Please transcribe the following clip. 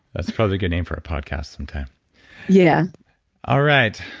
that's probably a good name for a podcast sometime yeah all right.